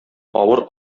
авыр